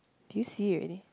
do you see it already